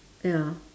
ya